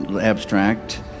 abstract